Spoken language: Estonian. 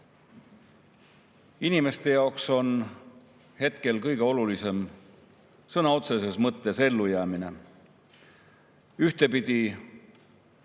Inimeste jaoks on hetkel kõige olulisem sõna otseses mõttes ellujäämine, ühtpidi